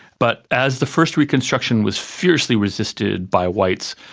but as the first reconstruction was fiercely resisted by whites,